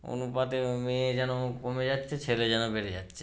অনুপাতে মেয়ে যেন কমে যাচ্ছে ছেলে যেন বেড়ে যাচ্ছে